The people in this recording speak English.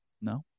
No